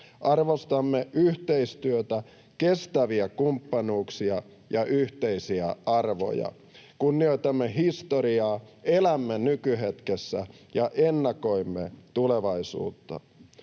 Arvostamme yhteistyötä, kestäviä kumppanuuksia ja yhteisiä arvoja. Kunnioitamme historiaa, elämme nykyhetkessä ja ennakoimme tulevaisuutta.